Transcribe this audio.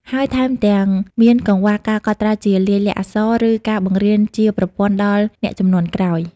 ហើយថែមទាំងមានកង្វះការកត់ត្រាជាលាយលក្ខណ៍អក្សរ ឬការបង្រៀនជាប្រព័ន្ធដល់អ្នកជំនាន់ក្រោយ។